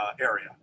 area